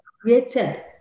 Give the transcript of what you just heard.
created